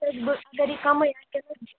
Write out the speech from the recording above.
ہَے بہٕ کری کَمٕے